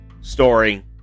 story